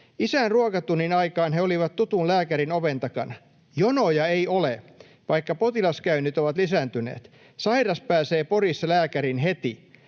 Isän ruokatunnin aikaan he olivat tutun lääkärin oven takana. Jonoja ei ole, vaikka potilaskäynnit ovat lisääntyneet. Sairas pääsee Porissa lääkäriin heti.